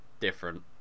different